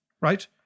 right